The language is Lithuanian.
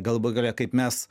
galų gale kaip mes